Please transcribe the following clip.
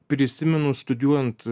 prisimenu studijuojant